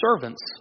servants